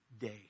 day